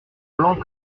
blanc